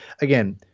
Again